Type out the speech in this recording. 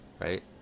right